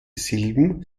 silben